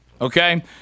Okay